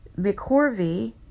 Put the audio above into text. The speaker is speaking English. McCorvey